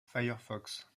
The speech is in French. firefox